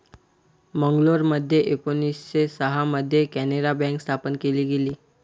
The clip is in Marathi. मंगलोरमध्ये एकोणीसशे सहा मध्ये कॅनारा बँक स्थापन केली गेली